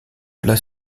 plat